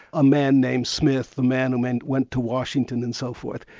a man names smith, the man who and went to washington and so forth,